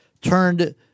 turned –